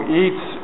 eats